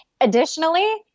Additionally